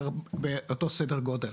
באותו סדר גודל.